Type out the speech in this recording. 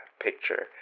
picture